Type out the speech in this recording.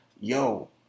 yo